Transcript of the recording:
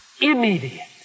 immediate